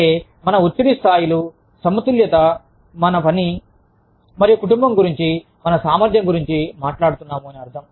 అంటే మన ఒత్తిడి స్థాయిలు సమతుల్యత పని మరియు కుటుంబం గురించి మన సామర్థ్యం గురించి మాట్లాడుతున్నాము అని అర్థం